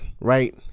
right